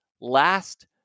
last